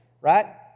right